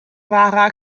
fara